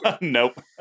Nope